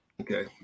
Okay